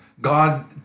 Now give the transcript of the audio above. God